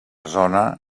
zona